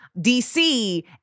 DC